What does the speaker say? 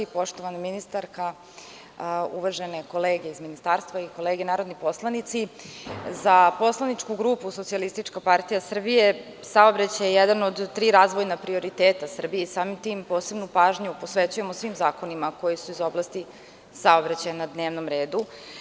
Poštovana ministarka, uvažene kolege iz ministarstva i kolege narodni poslanici, za poslaničku grupu SPS saobraćaj je jedan od tri razvojna prioriteta Srbije i samim tim posebnu pažnju posvećujemo svim zakonima koji su iz oblasti saobraćaja na dnevnom redu.